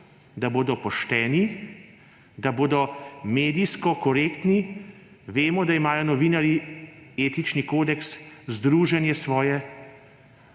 da bodo pošteni, da bodo medijsko korektni – vemo, da imajo novinarji etični kodeks, svoje